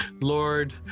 Lord